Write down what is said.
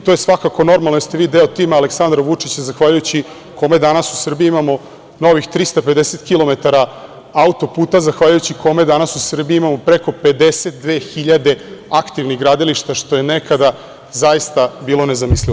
To je svakako normalno, jer ste vi deo tima Aleksandra Vučića, zahvaljujući kome danas u Srbiji imamo novih 350 kilometara auto-puta, zahvaljujući kome danas u Srbiji imamo preko 52.000 aktivnih gradilišta, što je nekada zaista bilo nezamislivo.